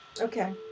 Okay